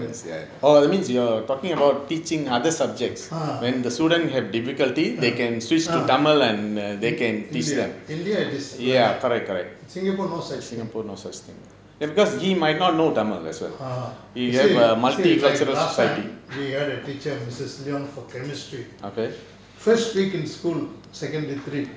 ah ya ah india it is like that singapore no such thing you see you see like the last time we had a teacher missus leong for chemistry first week in school secondary three